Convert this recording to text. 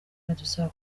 biradusaba